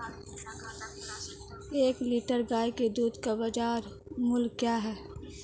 एक लीटर गाय के दूध का बाज़ार मूल्य क्या है?